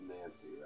Nancy